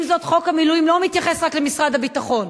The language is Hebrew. עם זאת, חוק המילואים לא מתייחס רק למשרד הביטחון.